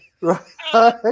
Right